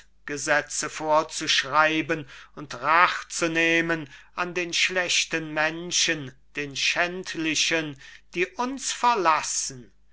gesetze vorzuschreiben und rach zu nehmen an den schlechten menschen den schändlichen die uns verlassen